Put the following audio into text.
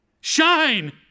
Shine